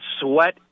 sweat